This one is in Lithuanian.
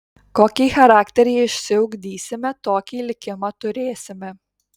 kokį charakterį išsiugdysime tokį likimą turėsime